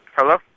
Hello